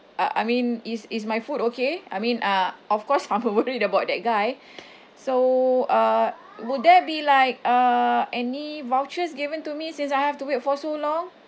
I I mean is is my food okay I mean uh of course I'm worried about that guy so uh will there be like uh any vouchers given to me since I have to wait for so long